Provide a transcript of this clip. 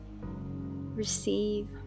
receive